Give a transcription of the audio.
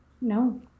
No